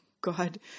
God